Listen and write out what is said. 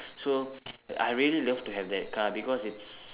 so I really love to have that car because it's